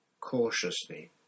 cautiously